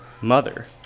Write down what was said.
mother